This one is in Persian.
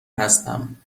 هستم